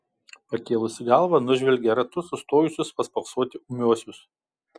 pakėlusi galvą nužvelgia ratu sustojusius paspoksoti ūmiuosius